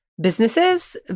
businesses